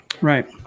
Right